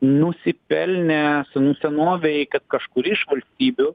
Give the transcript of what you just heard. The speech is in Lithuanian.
nusipelnė senų senovėj kad kažkuri iš valstybių